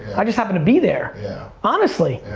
i just happened to be there honestly.